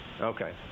Okay